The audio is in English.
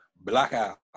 Blackout